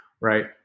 right